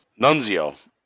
Nunzio